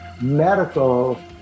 medical